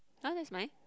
!huh! that's mine